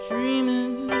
Dreaming